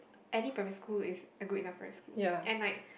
any primary school is a good enough primary school and like